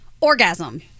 Orgasm